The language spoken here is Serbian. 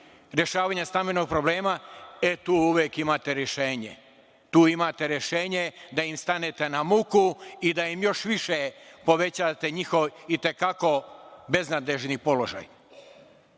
rešavanje stambenog problema, e tu uvek imate rešenje. Tu imate rešenje da im stanete na muku i da im još više povećavate njihov i te kako beznadežni položaj. Mi